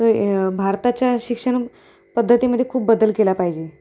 ते भारताच्या शिक्षण पद्धतीमध्ये खूप बदल केला पाहिजे